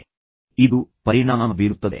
ಇದು ನಿಮ್ಮ ನಡವಳಿಕೆಯ ಮೇಲೆ ಪರಿಣಾಮ ಬೀರುತ್ತದೆ